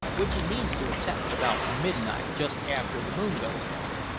which he means to attempt about midnight just after the moon goes down.